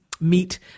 meet